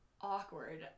awkward